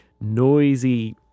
noisy